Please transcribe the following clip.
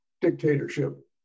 dictatorship